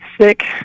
sick